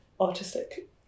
artistic